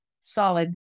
solid